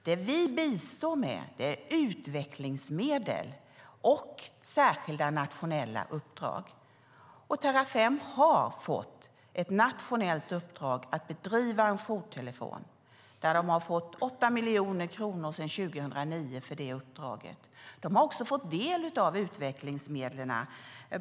Det vi bistår med är utvecklingsmedel och särskilda nationella uppdrag. Terrafem har fått ett nationellt uppdrag att ha en jourtelefon. De har fått 8 miljoner kronor sedan 2009 för det uppdraget. De har också fått del av utvecklingsmedlen.